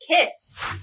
kiss